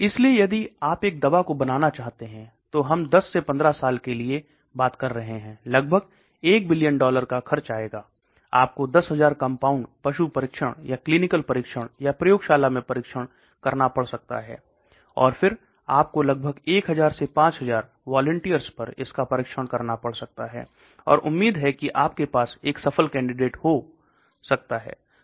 इसलिए यदि आप एक दवा को बनाना चाहते हैं तो हम 10 से 15 साल के लिए बात कर रहे हैं लगभग 1 बिलियन डॉलर का खर्च आएगा आपको 10000 कंपाउंड्स पशु परीक्षण या क्लीनिकल परीक्षण या प्रयोगशाला में परीक्षण करना पड़ सकता है और फिर आपको लगभग 1000 से 5000 वालंटियर्स पर इसका परीक्षण करना पड़ सकता है और उम्मीद है कि आपके पास एक सफल कैंडिडेट हो सकता है